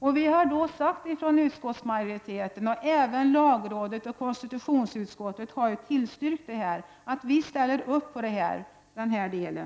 Lagrådet, konstitutionsutskottet och skatteutskottets majoritet har tillstyrkt att vi gör denna ändring.